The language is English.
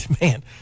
Man